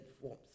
forms